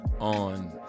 on